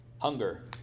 hunger